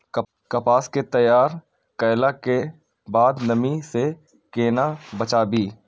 कपास के तैयार कैला कै बाद नमी से केना बचाबी?